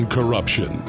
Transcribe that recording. Corruption